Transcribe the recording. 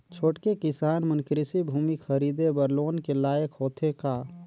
छोटके किसान मन कृषि भूमि खरीदे बर लोन के लायक होथे का?